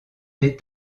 des